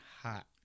hot